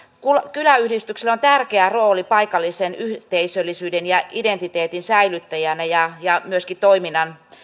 kyläyhdistyksellä on tärkeä rooli paikallisen yhteisöllisyyden ja identiteetin säilyttäjänä ja ja myöskin